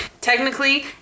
technically